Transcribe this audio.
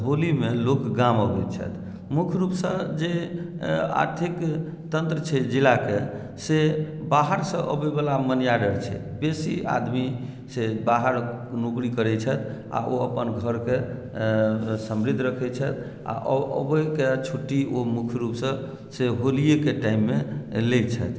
होलीमे लोक गाम अबैत छथि मुख्य रूपसँ जे आर्थिक तन्त्र छै जिलाके से बाहरसँ अबयवला मनीआर्डर छै बेसी आदमी से बाहर नौकरी करैत छथि आ ओ अपन घरके समृद्ध रखैत छथि आ अबैके छुट्टी ओ मुख्य रूपसँ से होलीएके टाइममे लैत छथि